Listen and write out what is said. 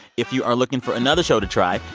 if you are looking for another show to try,